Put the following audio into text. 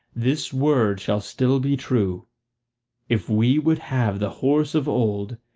this word shall still be true if we would have the horse of old,